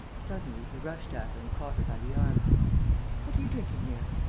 suddenly, he rushed at her and caught her by the arm what are you drinking there?